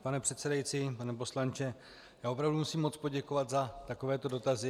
Pane předsedající, pane poslanče, opravdu musím moc poděkovat za takovéto dotazy.